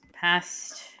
Past